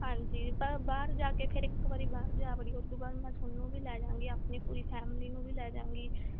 ਹਾਂਜੀ ਤਾਂ ਬਾਹਰ ਜਾ ਕੇ ਫਿਰ ਇੱਕ ਵਾਰੀ ਬਾਹਰ ਜਾ ਵੜੀ ਉਹ ਤੋਂ ਬਾਅਦ ਮੈਂ ਤੁਹਾਨੂੰ ਵੀ ਲੈ ਜਾਵਾਂਗੀ ਆਪਣੀ ਪੂਰੀ ਫੈਮਿਲੀ ਨੂੰ ਵੀ ਲੈ ਜਾਵਾਂਗੀ